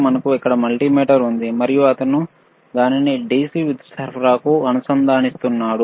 మనకు ఇక్కడ మల్టీమీటర్ ఉంది మరియు అతను దానిని DC విద్యుత్ సరఫరాకు అనుసంధానిస్తాడు